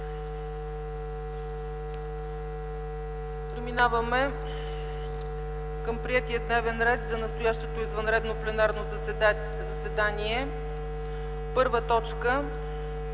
Преминаваме към приетия дневен ред за настоящото извънредно пленарно заседание. Първа точка: